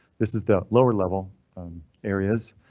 this is the lower level areas.